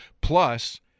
plus—